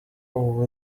uba